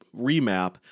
remap